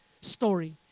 story